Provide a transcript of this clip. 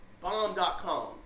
bomb.com